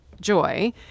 joy